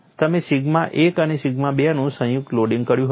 તમે સિગ્મા 1 અને સિગ્મા 2 નું સંયુક્ત લોડિંગ કર્યું હતું